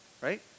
Right